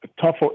Tough